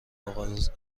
آغاز